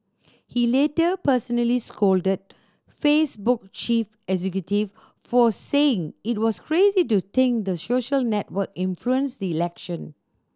he later personally scolded Facebook chief executive for saying it was crazy to think the social network influenced the election